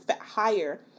higher